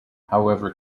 however